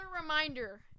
reminder